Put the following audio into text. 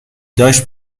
داشت